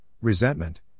resentment